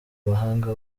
mahanga